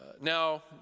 Now